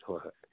ꯍꯣ ꯍꯣꯏ